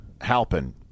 Halpin